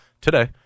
today